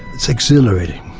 it's exhilarating.